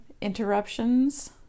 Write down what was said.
interruptions